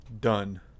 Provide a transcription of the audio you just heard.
done